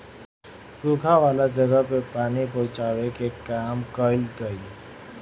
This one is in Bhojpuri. सुखा वाला जगह पे पानी पहुचावे के काम कइल गइल